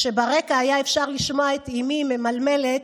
כשברקע היה אפשר לשמוע את אימי ממלמלת: